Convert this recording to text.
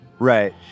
Right